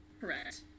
Correct